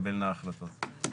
החלטות.